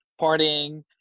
partying